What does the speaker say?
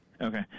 okay